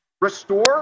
restore